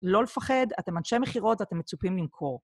לא לפחד, אתם אנשי מכירות, אתם מצופים למכור.